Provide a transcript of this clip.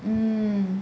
mm